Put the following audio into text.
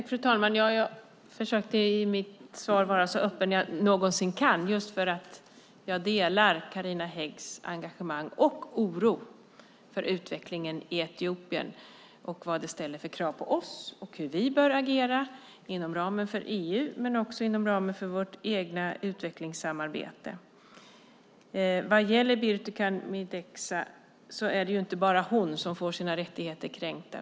Fru talman! Jag försökte vara så öppen i mitt svar som jag någonsin kan just för att jag delar Carina Häggs engagemang och oro för utvecklingen i Etiopien och för vad det ställer för krav på oss och hur vi bör agera inom ramen för EU och inom ramen för vårt eget utvecklingssamarbete. Det är inte bara Birtukan Mideksa som får sina rättigheter kränkta.